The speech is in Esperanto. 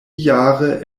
jare